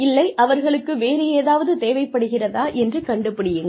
இல்லை அவர்களுக்கு வேறு ஏதாவது தேவைப்படுகிறதா என்று கண்டுபிடியுங்கள்